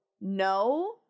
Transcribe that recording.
no